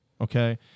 okay